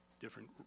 different